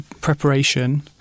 preparation